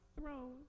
throne